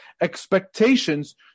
expectations